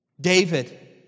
David